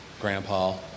grandpa